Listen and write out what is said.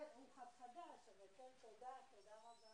אני חושב שזה אמור להיות תקציב קשיח לפי ביקוש ולא מוגבל